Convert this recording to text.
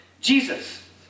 Jesus